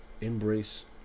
embrace